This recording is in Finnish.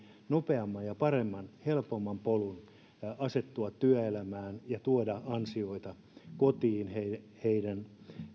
nopeamman paremman ja helpomman polun asettua työelämään ja tuoda ansioita kotiin heidän